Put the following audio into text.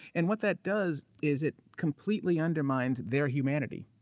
and what that does is it completely undermined their humanity.